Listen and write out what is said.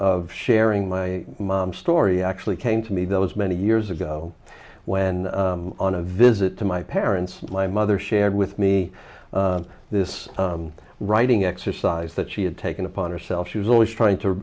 of sharing my mom's story actually came to me that was many years ago when on a visit to my parents my mother shared with me this writing exercise that she had taken upon herself she was always trying to